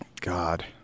God